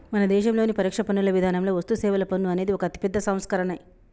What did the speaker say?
మన దేశంలోని పరోక్ష పన్నుల విధానంలో వస్తుసేవల పన్ను అనేది ఒక అతిపెద్ద సంస్కరనే